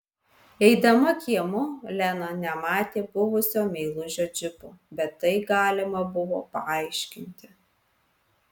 eidama kiemu lena nematė buvusio meilužio džipo bet tai galima buvo paaiškinti